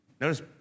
Notice